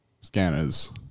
Scanners